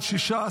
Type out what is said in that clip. הצבעה.